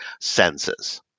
senses